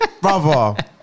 brother